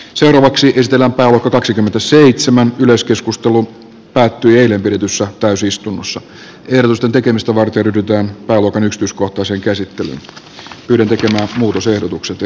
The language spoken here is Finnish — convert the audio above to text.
seuraavaksi eteläpää kaksikymmentäseitsemän yleiskeskustelu päättyi eilen pidetyssä täysistunnossa edustan tekemistä varten ryhdytään tähystyskokoisen käsitän ylen tekemä muutosehdotukset ja